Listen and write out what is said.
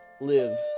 live